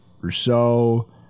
Rousseau